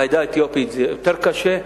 בעדה האתיופית זה יותר קשה,